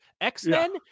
X-Men